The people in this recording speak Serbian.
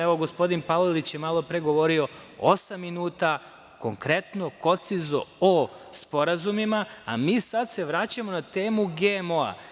Evo, gospodin Palalić je malo pre govorio osam minuta, konkretno, koncizno o sporazumima, a mi se sada vraćamo na temu GMO.